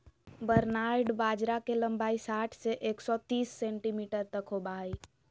barnyard बाजरा के लंबाई साठ से एक सो तिस सेंटीमीटर तक होबा हइ